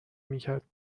میکرد